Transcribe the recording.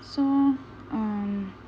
so um